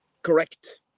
Correct